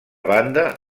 banda